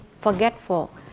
forgetful